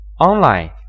online